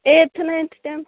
eighth ninth tenth